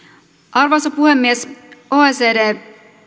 arvoisa puhemies oecdn